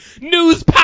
News